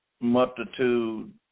multitude